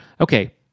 okay